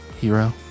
Hero